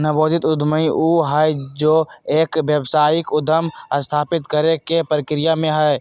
नवोदित उद्यमी ऊ हई जो एक व्यावसायिक उद्यम स्थापित करे के प्रक्रिया में हई